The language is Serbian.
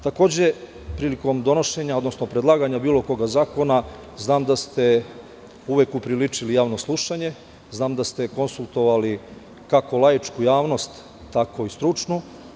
Takođe, prilikom donošenja, odnosno predlaganja bilo kog zakona znam da ste uvek upriličili javno slušanje, znam da ste konsultovali kako laičku javnost, tako i stručnu.